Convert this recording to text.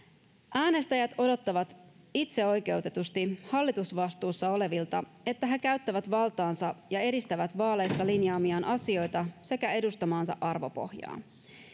äänestäjät odottavat itseoikeutetusti hallitusvastuussa olevilta että he käyttävät valtaansa ja edistävät vaaleissa linjaamiaan asioita sekä edustamaansa arvopohjaa